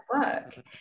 work